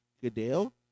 Goodell